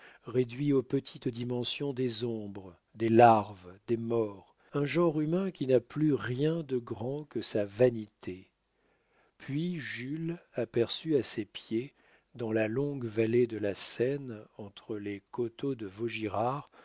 réduit aux petites dimensions des ombres des larves des morts un genre humain qui n'a plus rien de grand que sa vanité puis jules aperçut à ses pieds dans la longue vallée de la seine entre les coteaux de vaugirard